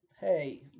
hey